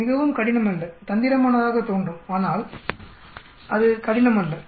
இது மிகவும் கடினம் அல்ல தந்திரமானதாகத் தோன்றும் ஆனால் அது கடினம் அல்ல